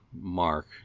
Mark